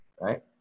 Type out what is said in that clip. right